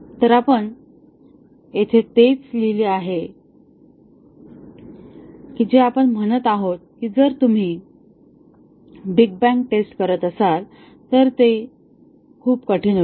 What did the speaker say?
तर आपण इथे तेच लिहिले आहे जे आपण म्हणत आहोत की जर तुम्ही बिग बँग टेस्ट करत असाल तर ते खूप कठीण होईल